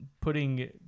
putting